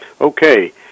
Okay